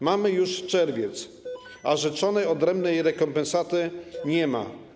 Mamy już czerwiec, a rzeczonej odrębnej rekompensaty nie ma.